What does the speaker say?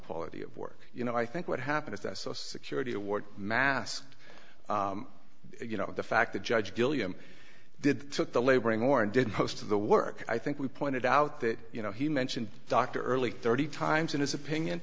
quality of work you know i think what happened is that social security award masked you know the fact that judge gilliam did took the laboring war and did post of the work i think we pointed out that you know he mentioned dr early thirty times in his opinion